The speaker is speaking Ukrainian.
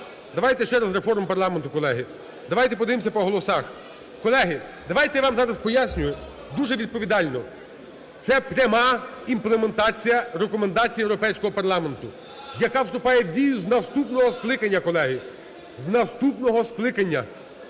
Давайте ще раз реформу парламенту, колеги, давайте подивимося по голосах. Колеги, давайте я вам зараз поясню дуже відповідально. Це пряма імплементація Рекомендацій Європейського парламенту, яка вступає в дію з наступного скликання, колеги, з наступного скликання.